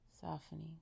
softening